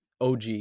OG